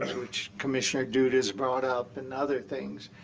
which commissioner duda has brought up, and other things.